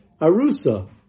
arusa